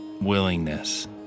willingness